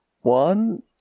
One